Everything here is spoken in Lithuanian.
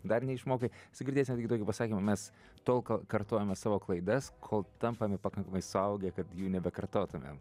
dar neišmokai esu girdėjęs netgi tokį pasakymą mes tol kol kartojame savo klaidas kol tampame pakankamai suaugę kad jų nebekartotumėm